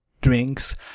drinks